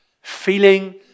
feeling